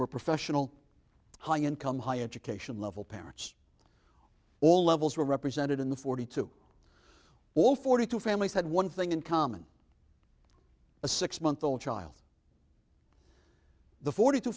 were professional high income high education level parents all levels were represented in the forty two all forty two families had one thing in common a six month old child the forty two